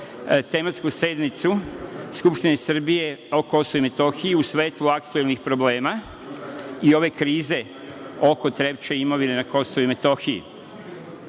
tematsku sednicu Skupštine Srbije o Kosovu i Metohiji u svetlu aktuelnih problema i ove krize oko Trepče i imovine na Kosovu i Metohiji? Drugim